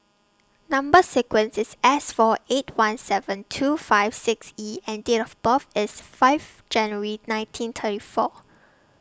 Number sequence IS S four eight one seven two five six E and Date of birth IS five January nineteen thirty four